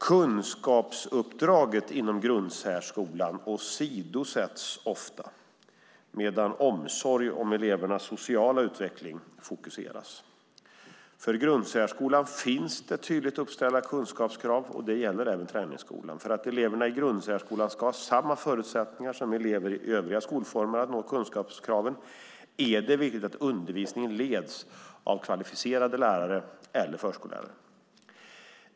Kunskapsuppdraget inom grundsärskolan åsidosätts ofta, medan omsorg om elevernas sociala utveckling fokuseras. För grundsärskolan finns det tydligt uppställda kunskapskrav, och det gäller även träningsskolan. För att eleverna i grundsärskolan ska ha samma förutsättningar som elever i övriga skolformer att nå kunskapskraven är det viktigt att undervisningen leds av kvalificerade lärare eller förskollärare.